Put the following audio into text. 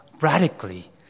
radically